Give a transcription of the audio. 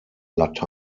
lat